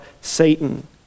Satan